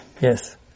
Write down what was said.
Yes